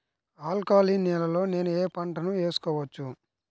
Alkaline నేలలో నేనూ ఏ పంటను వేసుకోవచ్చు?